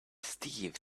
steve